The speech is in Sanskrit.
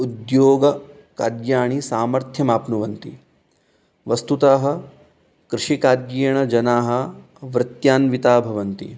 उद्योगकार्याणि सामर्थ्यमाप्नुवन्ति वस्तुतः कृषिकार्येण जनाः वृत्यान्विताः भवन्ति